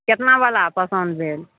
कतनावला पसन्द भेल